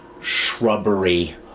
shrubbery